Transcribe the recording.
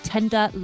Tender